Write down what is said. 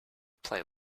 play